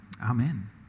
Amen